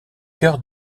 cœur